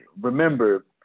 Remember